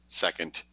second